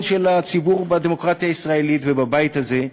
של הציבור בדמוקרטיה הישראלית ובבית הזה,